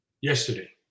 yesterday